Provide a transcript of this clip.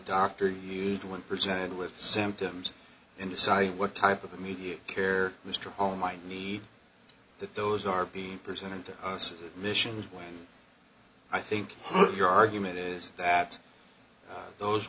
doctor used when presented with symptoms and decide what type of immediate care mr home might need that those are be presented to us missions when i think your argument is that those